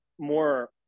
more